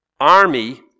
army